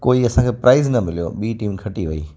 कोई असांखे प्राईज़ न मिलियो ॿीं टीम खटी वेई